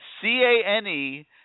C-A-N-E